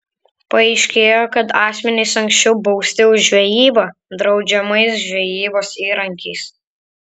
paaiškėjo kad asmenys anksčiau bausti už žvejybą draudžiamais žvejybos įrankiais